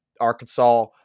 Arkansas –